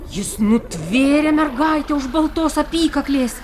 jis nutvėrė mergaitę už baltos apykaklės